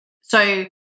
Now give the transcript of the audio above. So-